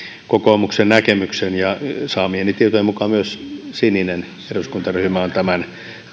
kokoomuksen näkemyksen ja saamieni tietojen mukaan myös sininen eduskuntaryhmä on tämän